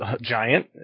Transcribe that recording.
Giant